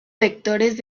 vectores